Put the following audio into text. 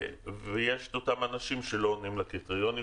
ויש את אותם אנשים שלא עונים לקריטריונים,